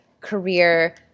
career